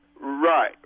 Right